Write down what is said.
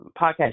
podcast